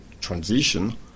transition